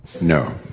No